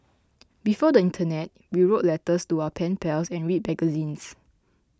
before the internet we wrote letters to our pen pals and read magazines